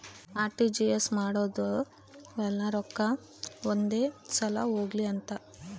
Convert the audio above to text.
RTGS ಮಾಡೋದು ಯೆಲ್ಲ ರೊಕ್ಕ ಒಂದೆ ಸಲ ಹೊಗ್ಲಿ ಅಂತ